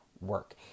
work